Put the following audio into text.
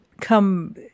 come